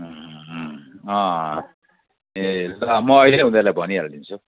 अँ ए ल म अहिले उनीहरूलाई भनिहालिदिन्छु